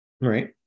Right